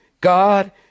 god